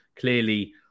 clearly